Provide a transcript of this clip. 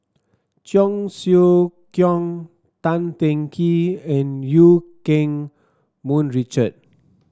Cheong Siew Keong Tan Teng Kee and Eu Keng Mun Richard